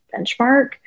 benchmark